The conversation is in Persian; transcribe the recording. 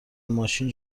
ماشین